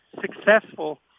successful